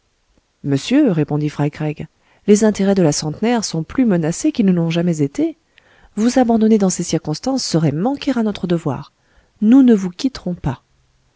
monsieur répondit fry craig les intérêts de la centenaire sont plus menacés qu'ils ne l'ont jamais été vous abandonner dans ces circonstances serait manquer à notre devoir nous ne vous quitterons pas